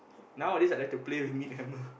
nowadays I like to play with meat hammer